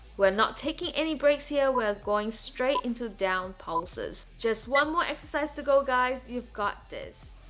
we're not taking any breaks here we're going straight into the down pulses. just one more exercise to go guys you've got this.